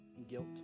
guilt